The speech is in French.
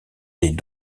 est